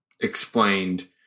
explained